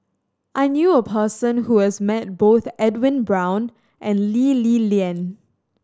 I knew a person who has met both Edwin Brown and Lee Li Lian